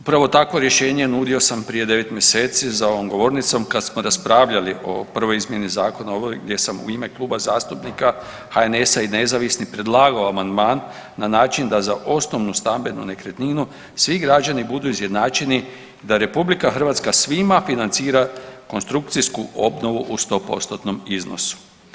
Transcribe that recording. Upravo takvo rješenje nudio sam prije 9 mjeseci za ovom govornicom kad smo raspravljali o prvoj izmjeni Zakona o obnovi gdje sam u ime Kluba zastupnika HNS-a i nezavisnih predlagao amandman na način da za osnovnu stambenu nekretninu svi građani budu izjednačeni, da RH svima financira konstrukcijsku obnovu u 100%-tnom iznosu.